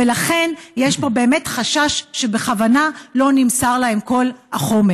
ולכן יש פה באמת חשש שבכוונה לא נמסר להם כל החומר,